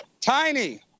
Tiny